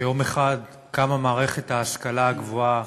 שיום אחד קמה מערכת ההשכלה הגבוהה